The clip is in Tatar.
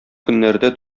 көннәрдә